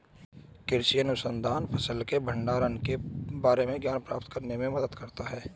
कृषि अनुसंधान फसल के भंडारण के बारे में ज्ञान प्राप्त करने में मदद करता है